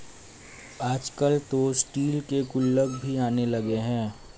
आजकल तो स्टील के गुल्लक भी आने लगे हैं